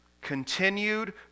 continued